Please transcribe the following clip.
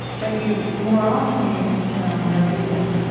but you more often use the term noticing.